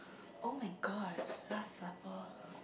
[oh]-my-god last supper